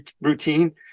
routine